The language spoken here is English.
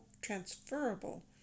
transferable